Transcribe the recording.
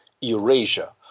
Eurasia